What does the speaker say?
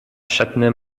châtenay